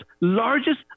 largest